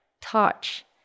touch